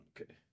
Okay